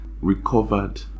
Recovered